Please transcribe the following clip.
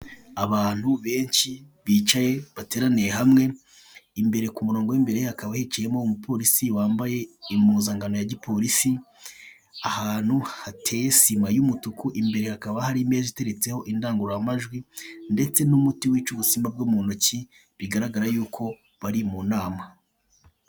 Abantu benshi bicaye bateraniye hamwe, imbere ku murongo w'imbere hakaba hicayemo umupolisi wambaye impuzankano ya polisi, ahantu hateye sima y'umutuku. Imbere hakaba har'imeze iteretseho indangurura majwi ndetse n'umuti wica ubusimba bwo mu ntoki. Bigaragara y'uko bari mu nama.